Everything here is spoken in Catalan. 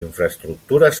infraestructures